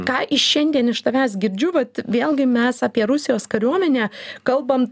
ką iš šiandien iš tavęs girdžiu vat vėlgi mes apie rusijos kariuomenę kalbam